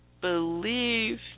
believe